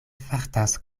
fartas